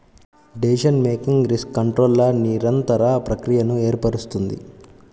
decision making risk కంట్రోల్ల నిరంతర ప్రక్రియను ఏర్పరుస్తుంది